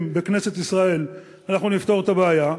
בכנסת ישראל אנחנו נפתור את הבעיה,